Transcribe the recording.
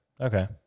Okay